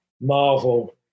Marvel